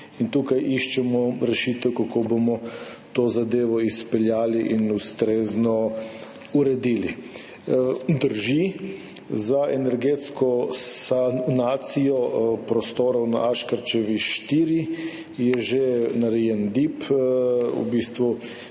tukaj iščemo rešitev, kako bomo to zadevo izpeljali in ustrezno uredili. Drži, za energetsko sanacijo prostorov na Aškerčevi 4 je že narejen DIP, v bistvu